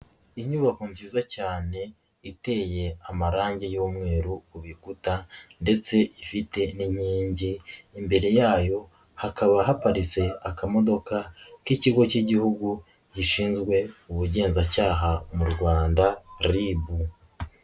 Inyubako nziza cyane iteye amarangi y'umweru ku bikuta ndetse ifite n'inkingi, imbere yayo hakaba haparitse akamodoka k'ikigo cy'igihugu gishinzwe ubugenzacyaha mu Rwanda RIB.